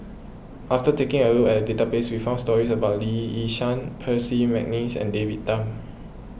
after taking a look at the database we found stories about Lee Yi Shyan Percy McNeice and David Tham